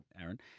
aaron